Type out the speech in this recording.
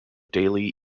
daily